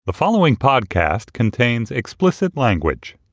the following podcast contains explicit language